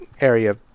area